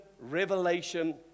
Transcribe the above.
revelation